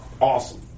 awesome